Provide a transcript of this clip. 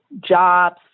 jobs